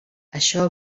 això